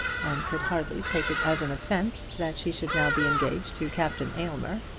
and could hardly take it as an offence that she should now be engaged to captain aylmer.